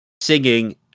singing